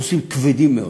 נושאים כבדים מאוד.